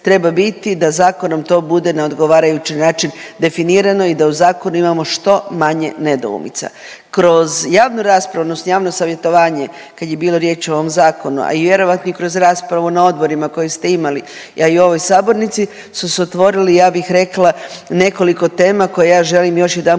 treba biti da zakonom to bude na odgovarajući način definirano i da u zakonu imamo što manje nedoumica. Kroz javnu raspravu, odnosno javno savjetovanje kad je bilo riječ o ovom zakonu, a vjerojatno i kroz raspravu na odborima koje ste imali, ja i u ovoj sabornici su se otvorili ja bih rekla nekoliko tema koje ja želim još jedanput